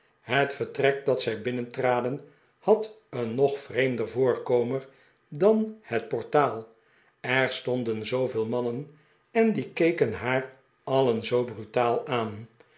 het vertrek dat zij binnentraden had een nog vreemder voorkomen dan het portaal er stonden zooveel mannen en die keken haar alien zoo brutaal aan